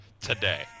today